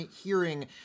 hearing